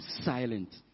silent